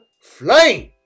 Flame